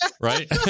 right